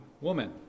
woman